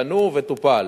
פנו וטופל.